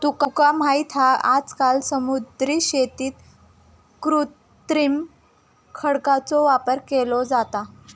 तुका माहित हा आजकाल समुद्री शेतीत कृत्रिम खडकांचो वापर केलो जाता